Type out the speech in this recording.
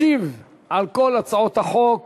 ישיב על כל הצעות החוק